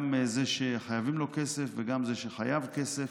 גם זה שחייבים לו כסף וגם זה שחייב כסף,